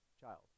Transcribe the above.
child